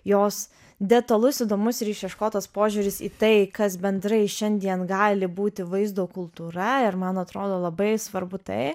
jos detalus įdomus ir išieškotas požiūris į tai kas bendrai šiandien gali būti vaizdo kultūra ir man atrodo labai svarbu tai